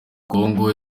congo